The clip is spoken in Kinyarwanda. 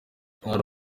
hari